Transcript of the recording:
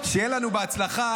שיהיה לנו בהצלחה,